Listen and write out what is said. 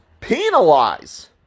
penalize